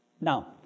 Now